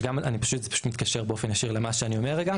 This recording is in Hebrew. שגם אני פשוט זה פשוט מתקשר באופן ישיר למה שאני אומר רגע,